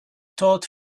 taught